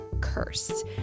curse